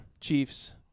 Chiefs